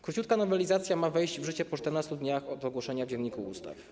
Króciutka nowelizacja ma wejść w życie po 14 dniach od ogłoszenia w Dzienniku Ustaw.